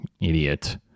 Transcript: idiot